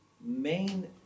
main